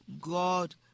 God